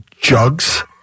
jugs